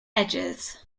edges